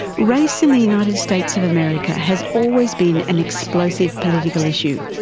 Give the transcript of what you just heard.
race in the united states of america has always been an explosive political issue.